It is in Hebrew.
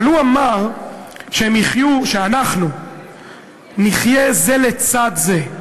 אבל הוא אמר שאנחנו נחיה זה לצד זה,